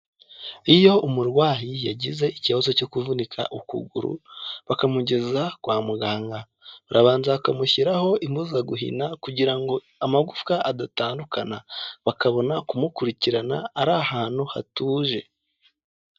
Iyo umurwayi yagize ikibazo cyo kuvunika ukuguru bakamugeza kwa muganga, barabanza bakamushyiraho imbuza guhina kugira ngo amagufwa adatandukana, bakabona kumukurikirana ari ahantu hatuje.